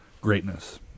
greatness